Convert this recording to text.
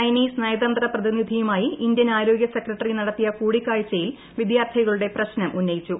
Chinese നയതന്ത്ര പ്രതിനിധിയുമായി Indian ആരോഗൃ സെക്രട്ടറി നടത്തിയ കൂടിക്കാഴ്ചയിൽ വിദ്യാർത്ഥികളുടെ പ്രശ്നം ഉന്നയിച്ചു